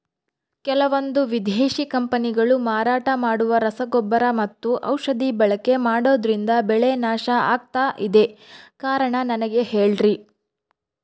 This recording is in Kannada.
ಕೆಲವಂದು ವಿದೇಶಿ ಕಂಪನಿಗಳು ಮಾರಾಟ ಮಾಡುವ ರಸಗೊಬ್ಬರ ಮತ್ತು ಔಷಧಿ ಬಳಕೆ ಮಾಡೋದ್ರಿಂದ ಬೆಳೆ ನಾಶ ಆಗ್ತಾಇದೆ? ಕಾರಣ ನನಗೆ ಹೇಳ್ರಿ?